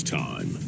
time